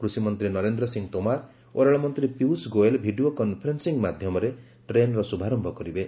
କୃଷି ମନ୍ତ୍ରୀ ନରେନ୍ଦ୍ର ସିଂହ ତୋମର ଓ ରେଳମନ୍ତ୍ରୀ ପୀୟୃଷ ଗୋଏଲ୍ ଭିଡ଼ିଓ କନ୍ଫରେନ୍ସିଂ ମାଧ୍ୟମରେ ଟ୍ରେନ୍ର ଶୁଭାରମ୍ଭ କରିବେ